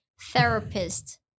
Therapist